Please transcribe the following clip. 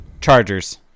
Chargers